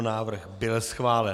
Návrh byl schválen.